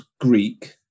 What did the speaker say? Greek